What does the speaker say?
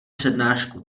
přednášku